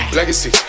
Legacy